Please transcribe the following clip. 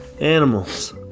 animals